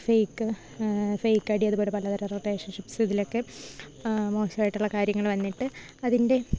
fake fake ID അതുപോലെ പലതരം റൊട്ടേഷൻഷിപ്പ്സ് ഇതിലൊക്കെ മോശമായിട്ടുള്ള കാര്യങ്ങള് വന്നിട്ട് അതിൻ്റെ